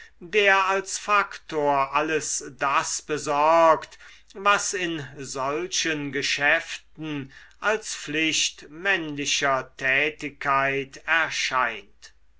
der als faktor alles das besorgt was in solchen geschäften als pflicht männlicher tätigkeit erscheint